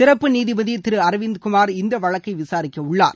சிறப்பு நீதிபதி திரு அரவிந்த்குமார் இந்த வழக்கை விசாரிக்கவுள்ளார்